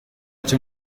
cyo